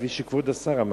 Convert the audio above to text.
כמו שכבוד השר אמר.